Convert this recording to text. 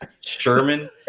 Sherman